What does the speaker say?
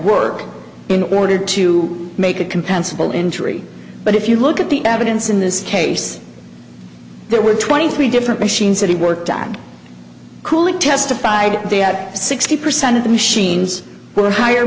work in order to make a compensable injury but if you look at the evidence in this case there were twenty three different machines that he worked on cooley testified that sixty percent of the machines were higher